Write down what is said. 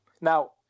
Now